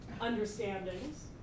understandings